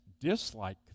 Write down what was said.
dislike